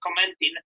commenting